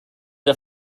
der